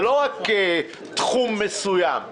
זה לא רק תחום מסוים.